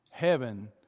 Heaven